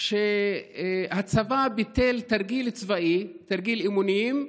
הצבא ביטל תרגיל צבאי, תרגיל אימונים,